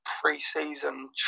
pre-season